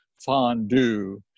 fondue